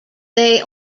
they